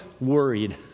worried